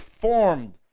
formed